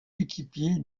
équipier